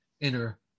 inner